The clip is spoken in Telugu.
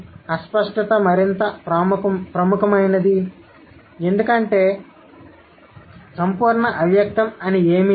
అస్పష్టత మరింత ప్రముఖమైనది ఎందుకంటే సంపూర్ణ అవ్యక్తం అని ఏమీ లేదు